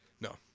No